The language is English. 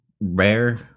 rare